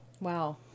Wow